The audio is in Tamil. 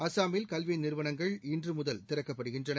அசாமில் கல்விநிறுவனங்கள் இன்றுமுதல் திறக்கப்படுகின்றன